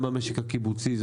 גם במשק הקיבוצי.